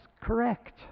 correct